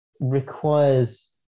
requires